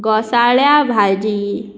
घोसाळ्यां भाजी